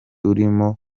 urimo